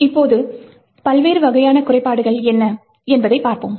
இப்போது பல்வேறு வகையான குறைபாடுகள் என்ன என்பதைப் பார்ப்போம்